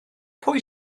pwy